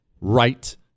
right